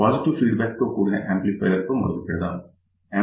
positive feedback తో కూడిన amplifier తో మొదలు పెడదాం